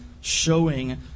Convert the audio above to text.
showing